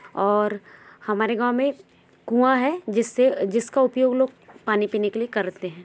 और हमारे गांव में कुँआँ है जिससे जिसका उपयोग लोग पानी पीने के लिए करते हैं